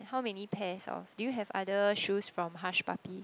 how many pairs of do you have other shoes from Hush Puppy